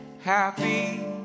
Happy